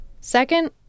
Second